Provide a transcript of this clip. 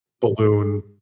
balloon